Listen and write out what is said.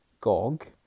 Gog